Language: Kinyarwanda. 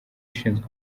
ishinzwe